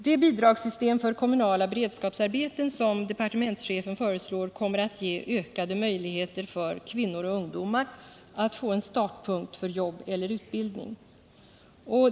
Det bidragssystem för kommunala beredskapsarbeten som departementschefen föreslår kommer att ge ökade möjligheter för kvinnor och ungdomar att få en startpunkt för jobb eller utbildning.